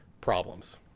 problems